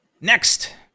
Next